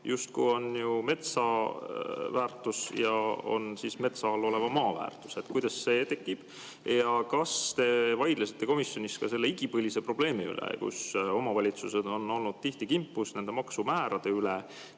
justkui on [aluseks] metsa väärtus ja metsa all oleva maa väärtus. Kuidas see tekib? Ja kas te vaidlesite komisjonis selle igipõlise probleemi üle, et omavalitsused on olnud tihti kimpus nende maksumääradega,